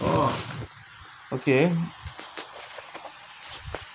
oh okay